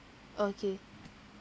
okay